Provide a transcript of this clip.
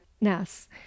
ness